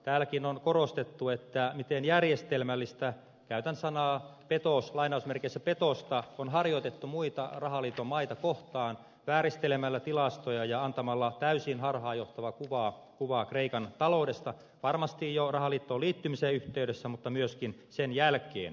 täälläkin on korostettu miten järjestelmällistä käytän sanaa petos lainausmerkeissä petosta on harjoitettu muita rahaliiton maita kohtaan vääristelemällä tilastoja ja antamalla täysin harhaanjohtava kuva kreikan taloudesta varmasti jo rahaliittoon liittymisen yhteydessä mutta myöskin sen jälkeen